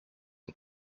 and